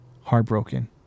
Heartbroken